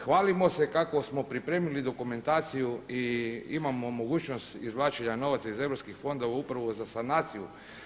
Hvalimo se kako smo pripremili dokumentaciju i imamo mogućnost izvlačenja novaca iz EU fondova upravo za sanaciju.